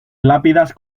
lápidas